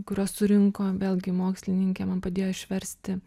kuriuos surinko vėlgi mokslininkė man padėjo išversti